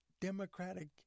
Democratic